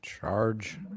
Charge